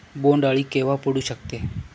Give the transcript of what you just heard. बोंड अळी केव्हा पडू शकते?